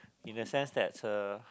in the sense that uh